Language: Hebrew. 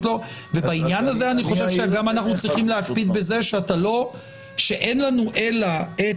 בעניין הזה אני חושב שגם אנחנו צריכים להקפיד שאין לנו אלא את